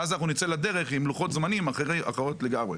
ואז נצא לדרך עם לוחות זמנים אחרים לגמרי.